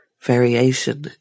variation